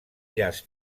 llaç